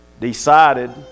decided